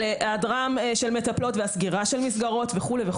על היעדרן של מטפלות ועל סגירה של מסגרות וכולי.